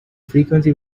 frequency